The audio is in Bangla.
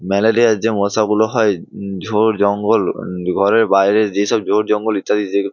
ম্যালেরিয়ার যে মশাগুলো হয় ঝাড় জঙ্গল ঘরের বাইরে যেসব ঝাড় জঙ্গল ইত্যাদি যেগুলো